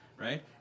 right